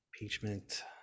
impeachment